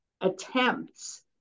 attempts